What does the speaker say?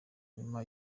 nyuma